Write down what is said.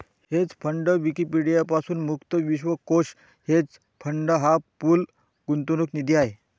hedge fund Wikipedia पासून मुक्त विश्वकोश हेज फंड हा पूल गुंतवणूक निधी आहे